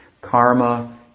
karma